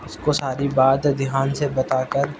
اس کو ساری بات دھیان سے بتا کر